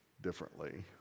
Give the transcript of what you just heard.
differently